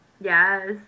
yes